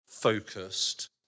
Focused